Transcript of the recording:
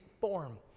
form